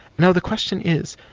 now the question is,